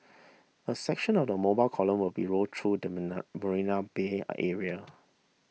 a section of the mobile column will also roll through the Marina Bay area